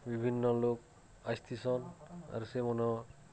ବିଭିନ୍ନ ଲୋକ ଆସି ଥିସନ୍ ଆର୍ ସେ ମନର୍